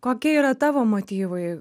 kokie yra tavo motyvai